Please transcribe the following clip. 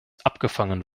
abgefangen